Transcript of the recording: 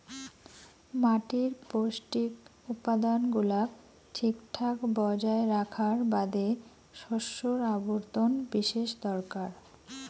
মাটির পৌষ্টিক উপাদান গুলাক ঠিকঠাক বজায় রাখার বাদে শস্যর আবর্তন বিশেষ দরকার